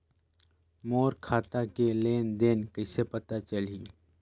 मोर खाता के लेन देन कइसे पता चलही?